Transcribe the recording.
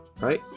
right